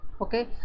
okay